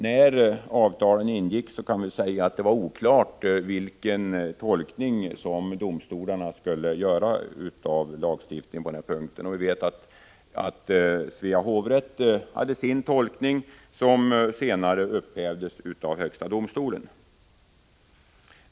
När avtalen ingicks kan vi säga att det var oklart vilken tolkning som domstolarna skulle göra av lagstiftningen på den här punkten. Vi vet att Svea hovrätt hade sin tolkning, som senare hävdes av högsta domstolen.